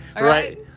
right